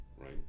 right